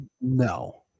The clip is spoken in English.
No